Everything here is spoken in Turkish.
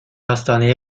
hastaneye